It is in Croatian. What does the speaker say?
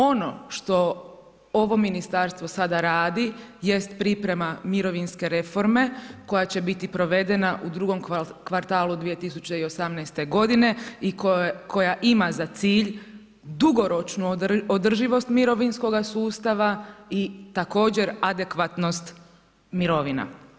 Ono što ovo ministarstvo sada radi jest priprema mirovinske reforme koja će biti provedena u drugom kvartalu 2018. godine i koja ima za cilj dugoročnu održivost mirovinskoga sustava i također adekvatnost mirovina.